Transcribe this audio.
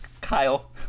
Kyle